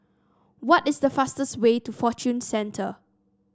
what is the fastest way to Fortune Centre